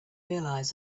realize